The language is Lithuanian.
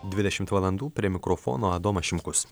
dvidešimt valandų prie mikrofono adomas šimkus